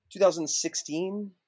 2016